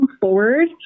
forward